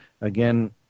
again